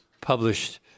published